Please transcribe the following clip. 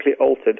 altered